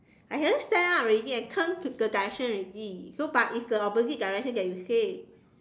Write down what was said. I haven't stand up already I turn to the direction already so but it's the opposite direction that you say